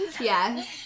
Yes